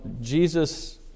Jesus